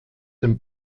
dem